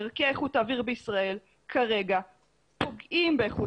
ערכי איכות אוויר בישראל כרגע פוגעים באיכות